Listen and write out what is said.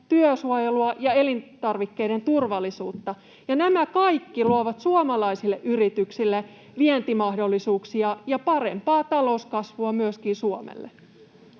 työsuojelua ja elintarvikkeiden turvallisuutta. Ja nämä kaikki luovat suomalaisille yrityksille vientimahdollisuuksia ja parempaa talouskasvua myöskin Suomelle.